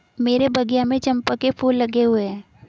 मेरे बगिया में चंपा के फूल लगे हुए हैं